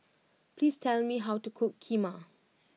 please tell me how to cook Kheema